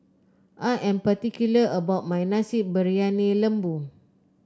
I am particular about my Nasi Briyani Lembu